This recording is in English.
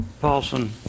Paulson